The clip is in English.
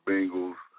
Bengals